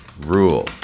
rule